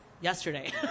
yesterday